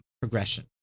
progression